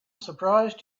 surprised